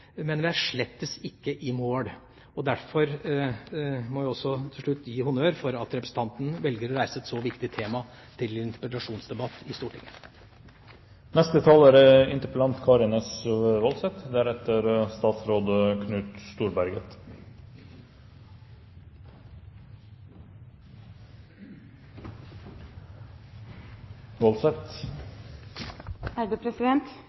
Men vi er slett ikke i mål. Derfor må vi også, til slutt, gi honnør til representanten for at hun velger å reise et så viktig tema til interpellasjonsdebatt i Stortinget. Det er for så vidt interessant å høre Storberget.